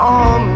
on